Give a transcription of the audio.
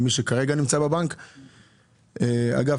אגב,